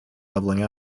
leveling